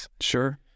Sure